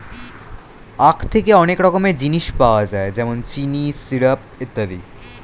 আখ থেকে অনেক রকমের জিনিস পাওয়া যায় যেমন চিনি, সিরাপ ইত্যাদি